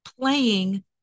playing